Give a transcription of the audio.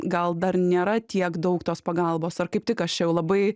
gal dar nėra tiek daug tos pagalbos ar kaip tik aš čia jau labai